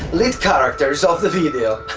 lead characters of the video.